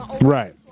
Right